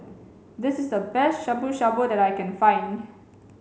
this is the best Shabu Shabu that I can find